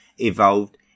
evolved